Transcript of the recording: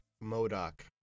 Modoc